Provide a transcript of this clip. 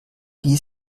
die